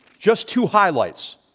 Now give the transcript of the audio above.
just two highlights.